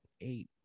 eight